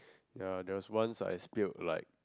ya there was once I spilled like